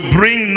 bring